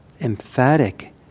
emphatic